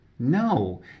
No